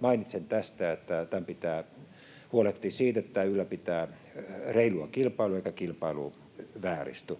mainitsen tästä, että pitää huolehtia siitä, että tämä ylläpitää reilua kilpailua eikä kilpailu vääristy.